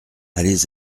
allez